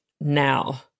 now